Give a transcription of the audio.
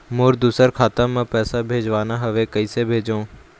मोर दुसर खाता मा पैसा भेजवाना हवे, कइसे भेजों?